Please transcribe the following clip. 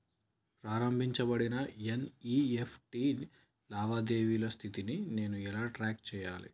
ప్రారంభించబడిన ఎన్.ఇ.ఎఫ్.టి లావాదేవీల స్థితిని నేను ఎలా ట్రాక్ చేయాలి?